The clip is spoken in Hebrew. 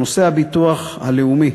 נושא הביטוח הלאומי